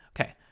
Okay